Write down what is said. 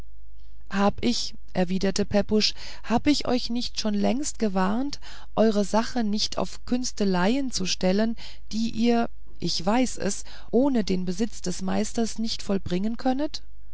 hab ich erwiderte pepusch hab ich euch nicht schon längst gewarnt eure sache nicht auf künsteleien zu stellen die ihr ich weiß es ohne den besitz des meisters nicht vollbringen könnet